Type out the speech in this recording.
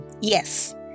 Yes